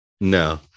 No